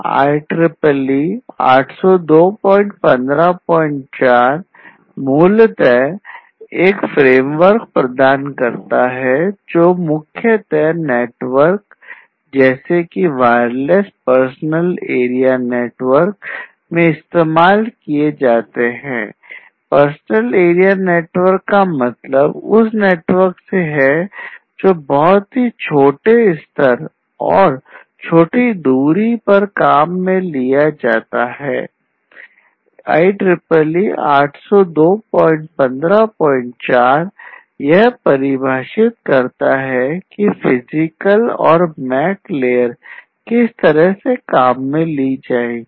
IEEE 802154 मूलतः एक framework किस तरह से काम में लिए जाएगी